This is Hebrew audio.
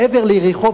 מעבר ליריחו,